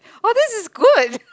oh this is good